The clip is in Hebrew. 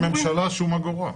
מהממשלה שום אגורה.